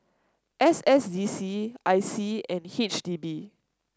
S S D C I C and H D B